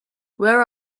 where